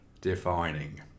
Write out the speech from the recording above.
defining